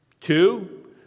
Two